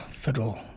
federal